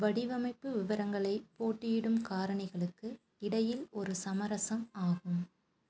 வடிவமைப்பு விவரங்களை போட்டியிடும் காரணிகளுக்கு இடையில் ஒரு சமரசம் ஆகும்